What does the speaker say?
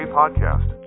podcast